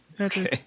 Okay